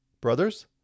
brothers